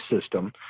system